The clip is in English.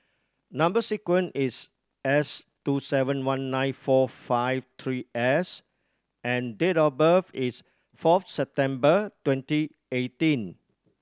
number sequence is S two seven one nine four five three S and date of birth is fourth September twenty eighteen